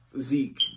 Zeke